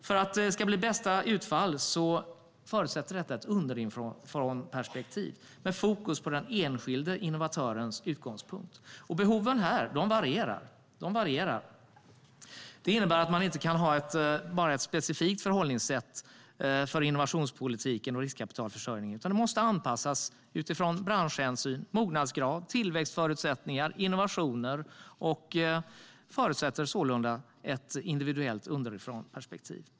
För att utfallet ska bli det bästa förutsätter det ett underifrånperspektiv med fokus på den enskilde innovatörens utgångspunkt. Behoven varierar, vilket innebär att man inte kan ha ett specifikt förhållningssätt för innovationspolitiken och riskkapitalförsörjningen, utan det måste anpassas utifrån branschhänsyn, mognadsgrad, tillväxtförutsättningar och innovationer. Det förutsätter således ett individuellt underifrånperspektiv.